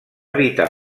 evitar